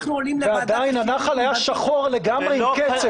ועדיין הנחל היה שחור לגמרי עם קצף.